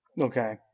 Okay